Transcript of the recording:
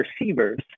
receivers